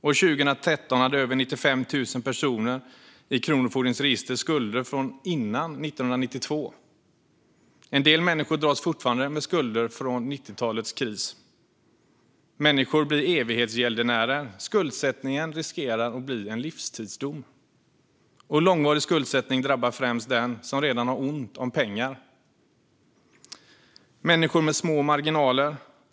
År 2013 hade över 95 000 personer i Kronofogdens register skulder från före 1992. En del människor dras fortfarande med skulder från 90-talets kris. Människor blir evighetsgäldenärer. Skuldsättningen riskerar att bli en livstidsdom. Långvarig skuldsättning drabbar främst dem som redan har ont om pengar. Det är människor med små marginaler.